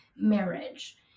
marriage